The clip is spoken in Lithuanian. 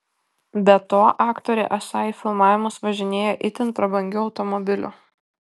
be to aktorė esą į filmavimus važinėja itin prabangiu automobiliu